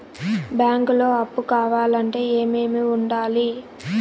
బ్యాంకులో అప్పు కావాలంటే ఏమేమి ఉండాలి?